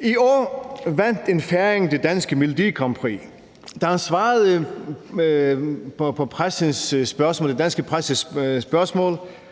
I år vandt en færing det danske melodigrandprix. Da han svarede på den danske presses spørgsmål,